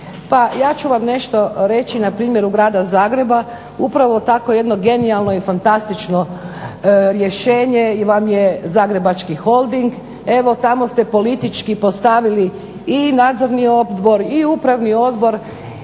Pa ja ću vam nešto reći na primjeru Grada Zagreba. Upravo takvo jedno genijalno i fantastično rješenje vam je Zagrebački holding. Evo tamo ste politički postavili i nadzorni odbor i upravni odbor